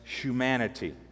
humanity